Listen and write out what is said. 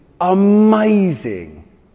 amazing